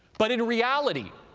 but in reality,